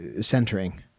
centering